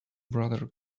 brother